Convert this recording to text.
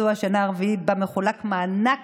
זו השנה הרביעית שבה מחולק מענק